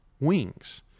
wings